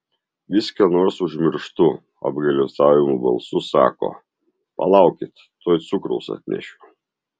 vis ką nors užmirštu apgailestaujamu balsu sako palaukit tuoj cukraus atnešiu